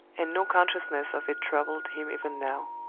and no consciousness of it troubled him even now.